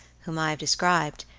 whom i have described,